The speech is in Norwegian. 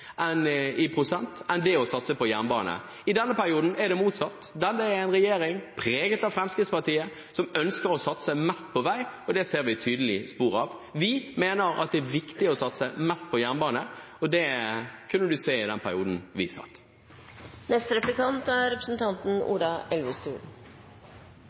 enn satsingen på jernbane. I denne perioden er det motsatt. Dette er en regjering preget av Fremskrittspartiet som ønsker å satse mest på vei. Det ser vi tydelige spor av. Vi mener det er viktig å satse mest på jernbane, og det kunne man se i den perioden vi var i regjering. Representanten Holmås sa at NSB fungerer godt. Det er